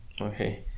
Okay